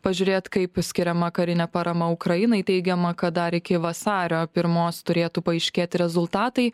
pažiūrėt kaip skiriama karinė parama ukrainai teigiama kad dar iki vasario pirmos turėtų paaiškėti rezultatai